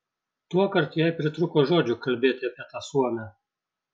tuokart jai pritrūko žodžių kalbėti apie tą suomę